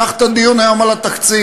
קח את הדיון היום על התקציב.